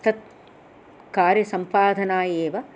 तत् कार्यसम्पादना एव